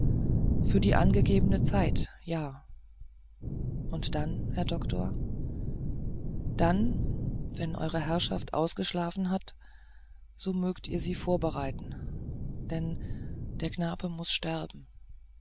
für die angegebene zeit ja und dann herr doktor dann wenn eure herrschaft geschlafen hat so mögt ihr sie vorbereiten denn der knabe muß sterben